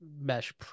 mesh